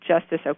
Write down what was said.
Justice